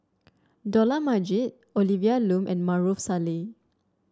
Dollah Majid Olivia Lum and Maarof Salleh